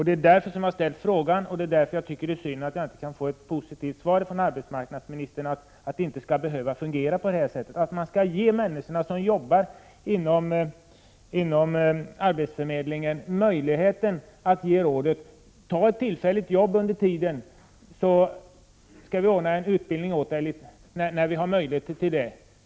Det är därför jag har ställt frågan, och det är därför jag tycker att det är synd att jag inte kan få ett positivt svar från arbetsmarknadsministern, att det inte skall behöva fungera på det här sättet utan att man skall kunna göra det möjligt för dem som jobbar inom arbetsförmedlingen att ge rådet: Tag ett tillfälligt jobb under tiden, så skall vi ordna utbildning åt dig när vi har möjlighet till det!